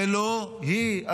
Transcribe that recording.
ולא היא.